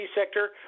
sector